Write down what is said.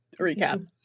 recap